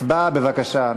הצבעה, בבקשה.